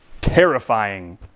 terrifying